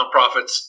nonprofits